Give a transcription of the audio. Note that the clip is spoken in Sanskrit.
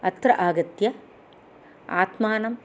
अत्र आगत्य आत्मानं